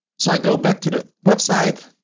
so i go back to the website.